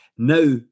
Now